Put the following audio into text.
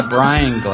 Brian